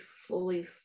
fully